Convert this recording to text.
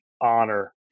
honor